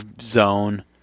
zone